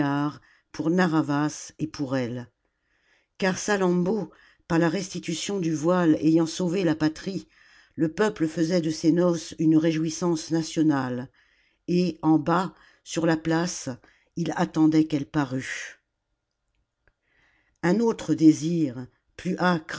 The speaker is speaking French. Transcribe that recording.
pour narr'havas et pour elle car salammbô par la restitution du voile ayant sauvé la patrie le peuple faisait de ses noces une réjouissance nationale et en bas sur la place il attendait qu'elle parût un autre désir plus